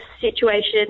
situation